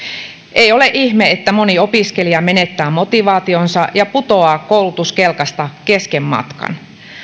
ei ole ihme että moni opiskelija menettää motivaationsa ja putoaa koulutuskelkasta kesken matkan